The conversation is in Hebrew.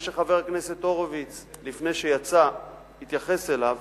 זה שחבר הכנסת הורוביץ לפני שיצא התייחס אליו,